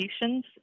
institutions